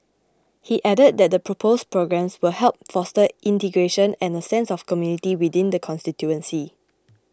he added that the proposed programmes will help foster integration and a sense of community within the constituency